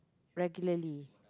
regularly